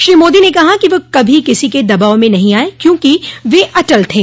श्री मोदी ने कहा कि वे कभी किसी के दबाव में नहीं आये क्योंकि वे अटल थे